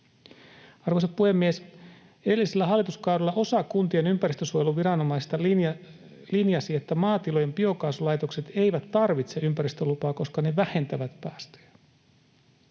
Arvoisa puhemies! Edellisellä hallituskaudella osa kuntien ympäristönsuojeluviranomaisista linjasi, että maatilojen biokaasulaitokset eivät tarvitse ympäristölupaa, koska ne vähentävät päästöjä.